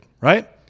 right